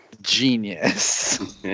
genius